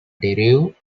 derive